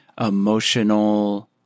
emotional